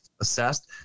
assessed